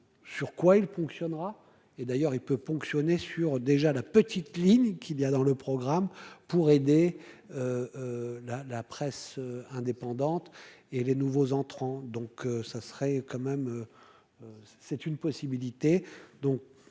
sur quoi il ponctionnera et d'ailleurs il peut fonctionner sur déjà la petite ligne qu'il y a dans le programme pour aider la la presse indépendante et les nouveaux entrants, donc ça serait quand même, c'est une possibilité,